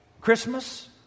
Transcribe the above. Christmas